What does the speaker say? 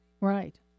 Right